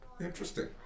Interesting